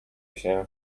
się